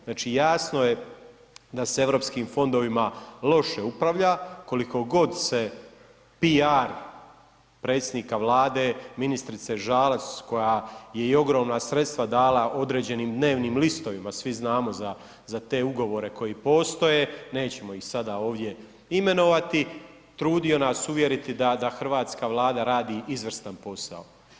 Znači jasno je da se europskim fondovima loše upravlja, koliko god se PR predsjednika Vlade, ministrice Žalac koja je i ogromna sredstva dala određenim dnevnim listovima, svi znamo za te ugovore koji postoje, nećemo ih sada ovdje imenovati, trudio nas uvjeriti da hrvatska Vlada radi izvrstan posao.